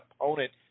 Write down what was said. opponent